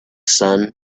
sun